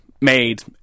made